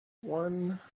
one